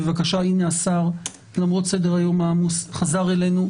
גם השר חזר אלינו.